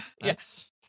Yes